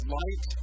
light